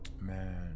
Man